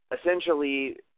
essentially